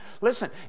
Listen